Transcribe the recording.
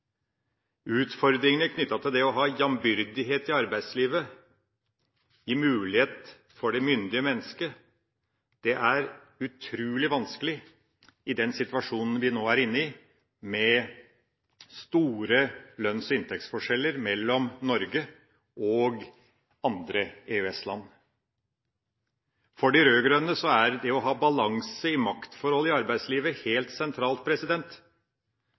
Utfordringene knyttet til det å ha jambyrdighet i arbeidslivet, å gi mulighet for det myndige mennesket, er utrolig vanskelige i den situasjonen vi nå er inne i, med store lønns- og inntektsforskjeller mellom Norge og andre EØS-land. For de rød-grønne er det å ha balanse i maktforhold i arbeidslivet helt sentralt